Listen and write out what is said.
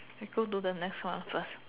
we go to the next one first